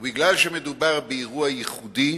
ומכיוון שמדובר באירוע ייחודי,